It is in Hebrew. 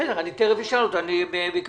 בסדר, אני תכף אשאל אותו אבל רגע,